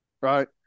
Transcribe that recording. right